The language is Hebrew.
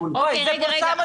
זה פורסם אתמול.